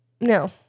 no